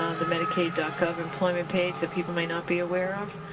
um the medicaid gov employment page that people might not be aware of.